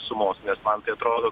sumos nes man atrodo